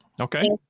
Okay